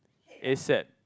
ASap